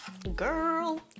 Girl